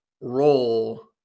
role